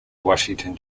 washington